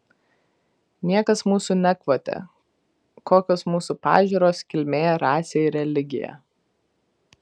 niekas mūsų nekvotė kokios mūsų pažiūros kilmė rasė ir religija